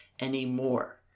anymore